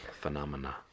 phenomena